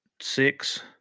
six